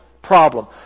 Problem